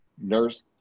nurse